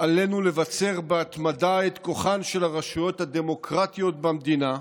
עלינו לבצר בהתמדה את כוחן של הרשויות הדמוקרטיות במדינה,